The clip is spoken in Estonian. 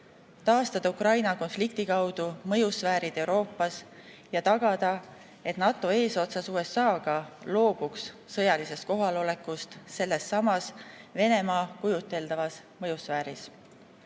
taastada Ukraina konflikti kaudu mõjusfäärid Euroopas ja tagada, et NATO eesotsas USA‑ga loobuks sõjalisest kohalolekust sellessamas Venemaa kujuteldavas mõjusfääris.